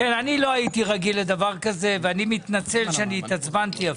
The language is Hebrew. אני לא הייתי רגיל לדבר כזה ואני מתנצל שאני התעצבנתי אפילו.